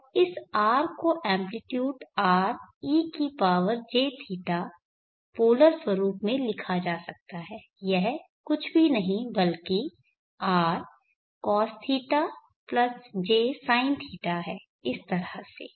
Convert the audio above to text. अब इस R को एम्प्लीट्यूड r e की पावर jθ पोलर स्वरूप में लिखा जा सकता है यह कुछ भी नहीं बल्कि rcos θ j sin θ है इस तरह से